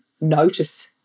notice